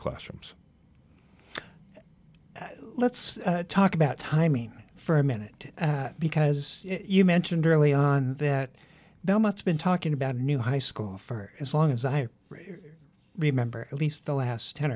classrooms let's talk about timing for a minute because you mentioned early on that now much been talking about a new high school for as long as i remember at least the last ten